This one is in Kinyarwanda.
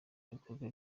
bikorwa